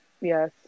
yes